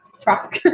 truck